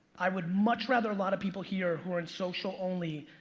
i would much rather a lot of people here who are in social only,